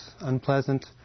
unpleasant